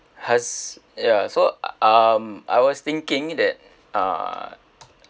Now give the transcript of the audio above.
has ya so um I was thinking that uh